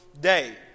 day